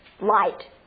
Light